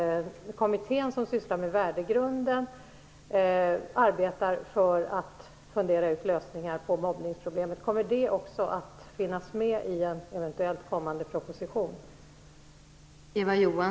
Kommer sådana lösningar att finnas med i en eventuellt kommande proposition?